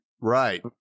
Right